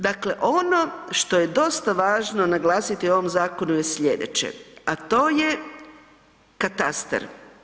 Dakle ono što je dosta važno naglasiti u ovom zakonu je sljedeće, a to je katastar.